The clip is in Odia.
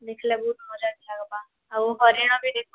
ଦେଖ୍ଲେ ବହୁତ୍ ମଜା ବି ଲାଗ୍ବା ଆଉ ହରିଣ ବି ଦେଖ୍ମା